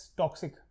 toxic